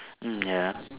mm ya